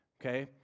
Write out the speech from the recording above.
Okay